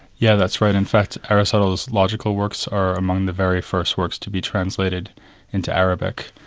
yeah that's right. in fact aristotle's logical works are among the very first works to be translated into arabic.